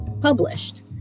published